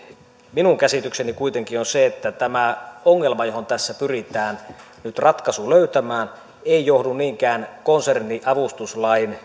minun käsitykseni kuitenkin on se että tämä ongelma johon tässä pyritään nyt ratkaisu löytämään ei johdu niinkään konserniavustuslain